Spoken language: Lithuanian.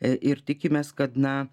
ir tikimės kad na